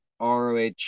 Roh